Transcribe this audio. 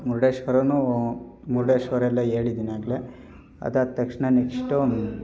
ಮುರುಡೇಶ್ವರನೂ ಮುರುಡೇಶ್ವರ ಎಲ್ಲ ಹೇಳಿದಿನ್ ಆಗಲೇ ಅದಾದ ತಕ್ಷಣ ನೆಕ್ಸ್ಟು